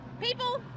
people